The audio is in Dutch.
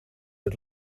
het